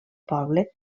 poble